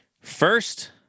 first